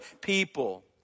people